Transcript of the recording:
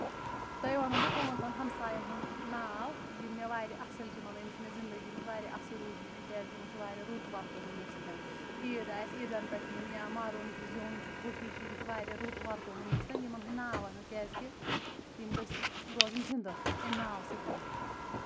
تۄہہِ ونو بہٕ پانٛژن ہمساین ہُنٛد ناو یِم مےٚ واریاہ اَصل چھِ مطلب یِم چھِ مےٚ زنٛدگی منٛز واریاہ اَصٕل روٗدمٕتۍ تِکیٚازِ کہِ یِمو چھُ واریاہ رُت ورتومُت مےٚ سۭتۍ عیٖد آسہِ عیٖدن پٮ۪ٹھ یِن یا مَرُن چھُ زیوٚن چھُ خوشی چھِ یِمو چھُ واریاہ رُت ورتومُت مےٚ سۭتۍ یِمن ۂنٛدۍ ناو وَنو کیٚازِ کہِ یِم گٔژھ روزٕنۍ زنٛدٕ امہِ ناو سۭتۍ